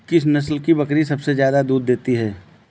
किस नस्ल की बकरी सबसे ज्यादा दूध देती है?